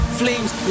flames